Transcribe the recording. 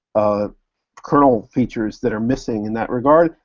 kernel features that are missing in that regard.